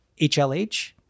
hlh